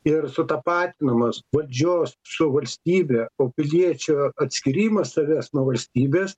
ir sutapatinamas valdžios su valstybe o piliečių atskyrimas savęs nuo valstybės